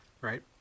Right